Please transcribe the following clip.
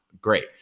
great